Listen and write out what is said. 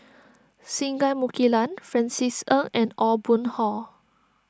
Singai Mukilan Francis Ng and Aw Boon Haw